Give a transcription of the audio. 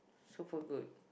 so far good